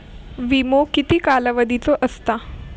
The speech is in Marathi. विमो किती कालावधीचो असता?